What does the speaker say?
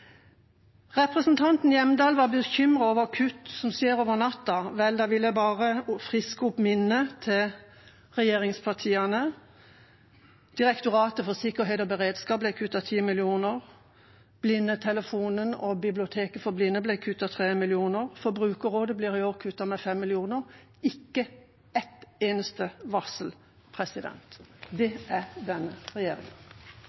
Representanten Hjemdal var bekymret over kutt som skjer over natta. Vel, da vil jeg bare friske opp minnet til regjeringspartiene. Direktoratet for samfunnssikkerhet og beredskap ble kuttet med 10 mill. kr, blindetelefonen og biblioteket for blinde ble kuttet med 3 mill. kr, Forbrukerrådet blir i år kuttet med 5 mill. kr. Ikke ett eneste varsel. Det